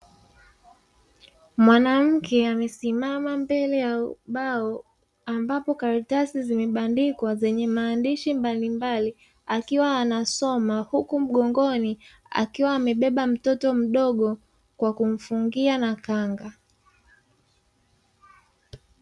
Mwanamke amesimama mbele ya ubao, ambapo kataratasi zimebandikwa zenye maandishi mbalimbali akiwa anasoma, huku mgongoni akiwa amebebeba mtoto mdogo, kwa kumfungia na kanga.